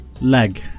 Leg